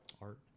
art